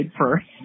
first